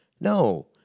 No